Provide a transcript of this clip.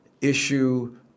issue